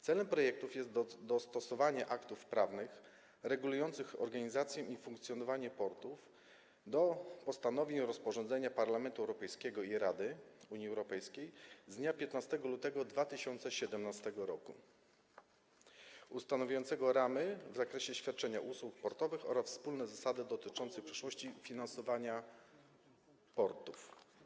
Celem projektu jest dostosowanie aktów prawnych regulujących organizację i funkcjonowanie portów do postanowień rozporządzenia Parlamentu Europejskiego i Rady Unii Europejskiej z dnia 15 lutego 2017 r. ustanawiającego ramy w zakresie świadczenia usług portowych oraz wspólne zasady dotyczące przejrzystości finansowej portów.